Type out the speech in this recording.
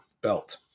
belt